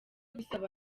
gusaba